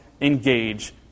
engage